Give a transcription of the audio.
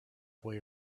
boy